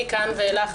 מכאן ואילך,